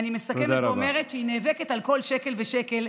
אני מסכמת ואומרת שהיא נאבקת על כל שקל ושקל.